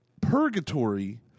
Purgatory